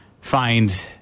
find